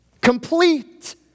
complete